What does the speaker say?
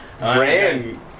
Ran